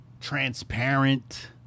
transparent